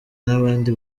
n’abandi